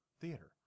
Theater